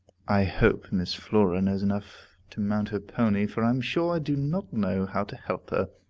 i hope miss flora knows enough to mount her pony, for i am sure i do not know how to help her.